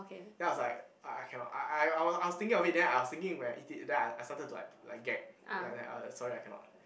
then I was like I I cannot I I I was thinking of it then I was thinking when I eat it then I I started to like like gag like that ah sorry I cannot